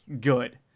good